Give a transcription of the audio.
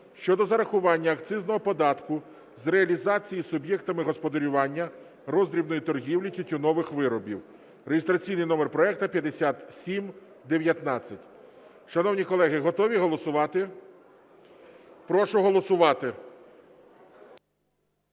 щодо зарахування акцизного податку з реалізації суб’єктами господарювання роздрібної торгівлі тютюнових виробів (реєстраційний номер проекту 5719). Шановні колеги, готові голосувати? Прошу голосувати.